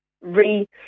re-